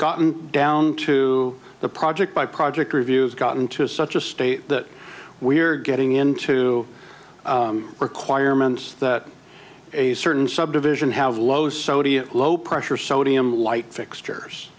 gotten down to the project by project reviews got into such a state that we're getting into requirements that a certain subdivision have low sodium low pressure sodium light fixtures